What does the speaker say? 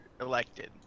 elected